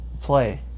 play